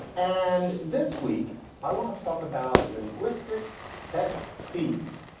and this week i want to talk about linguistic pet peeves,